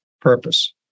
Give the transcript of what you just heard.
purpose